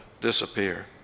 disappear